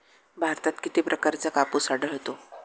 भारतात किती प्रकारचा कापूस आढळतो?